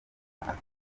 akamaro